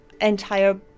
entire